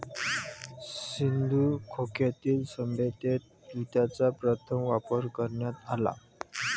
सिंधू खोऱ्यातील सभ्यतेत ज्यूटचा प्रथम वापर करण्यात आला